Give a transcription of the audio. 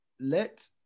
let